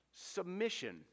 submission